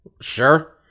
Sure